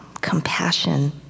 compassion